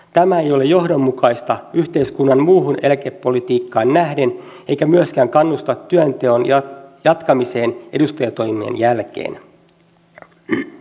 tämä ei ole johdonmukaista yhteiskunnan muuhun eläkepolitiikkaan nähden eikä myöskään kannusta työnteon jatkamiseen edustajantoimen jälkeen